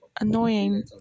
annoying